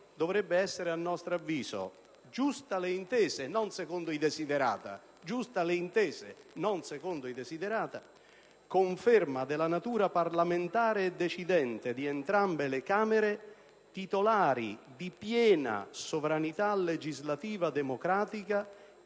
dovrebbe essere, giusta le intese e non secondo i *desiderata*: «conferma della natura parlamentare e decidente di entrambe le Camere, titolari di piena sovranità legislativa democratica e